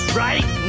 right